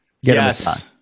Yes